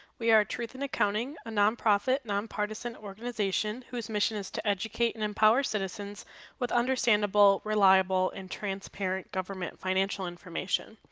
we are truth in accounting a nonprofit nonpartisan organization whose mission is to educate and empower citizens with understandable reliable and transparent government financial information.